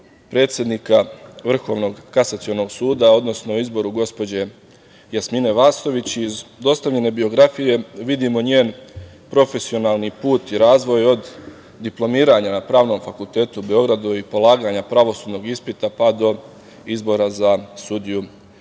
predsednika Vrhovnog kasacionog suda, odnosno o izboru gospođe Jasmine Vasović. Iz dostavljene biografije vidimo njen profesionalni put i razvoj od diplomiranja na Pravnom fakultetu u Beogradu i polaganja pravosudnog ispita, pa do izbora za sudiju